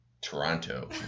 Toronto